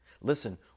Listen